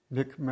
Nick